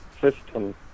system